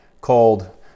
called